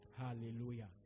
Hallelujah